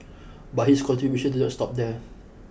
but his contributions do not stop there